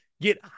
get